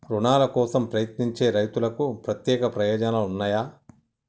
రుణాల కోసం ప్రయత్నించే రైతులకు ప్రత్యేక ప్రయోజనాలు ఉన్నయా?